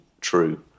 true